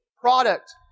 product